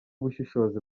ubushishozi